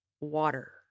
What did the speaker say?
water